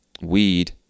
weed